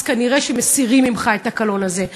אז כנראה מסירים ממך את הקלון הזה.